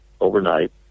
overnight